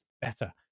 better